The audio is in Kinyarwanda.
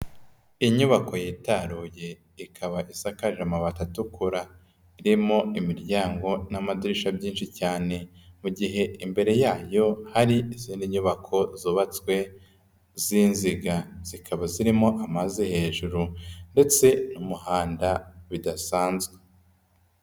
Inyubako yitaruye ikaba isakaje amabati atukura, irimo imiryango n'amadirisha byinshi cyane, mu gihe imbere yayo hari izindi nyubako zubatswe z'inziga, zikaba zirimo amazi hejuru ndetse n'umuhanda bidasanzwe.